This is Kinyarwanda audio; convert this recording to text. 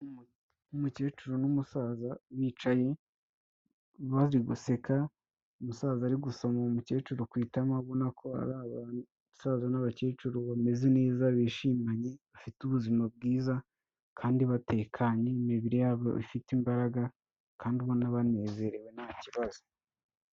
Umukecuru n'umusaza bicaye bari guseka, umusaza ari gusoma uwo mukecuru ku itama, ubona ko ari abasaza n'abakecuru bameze neza, bishimanye bafite ubuzima bwiza, kandi batekanye imibiri yabo ifite imbaraga, kandi ubona banezerewe nta kibazo.